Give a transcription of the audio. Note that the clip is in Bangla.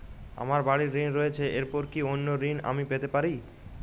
আমার বাড়ীর ঋণ রয়েছে এরপর কি অন্য ঋণ আমি পেতে পারি?